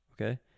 okay